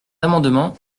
amendement